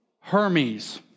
Hermes